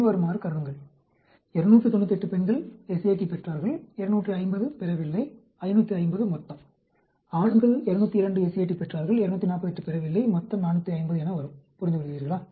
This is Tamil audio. பின்வருமாறு கருதுங்கள் 298 பெண்கள் SAT பெற்றார்கள் 250 பெறவில்லை 550 மொத்தம் ஆண்கள் 202 SAT பெற்றார்கள் 248 பெறவில்லை மொத்தம் 450 என வரும் புரிந்துகொள்கிறீர்களா